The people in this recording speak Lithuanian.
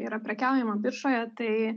yra prekiaujama biržoje tai